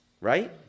right